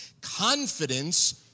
Confidence